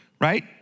right